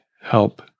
help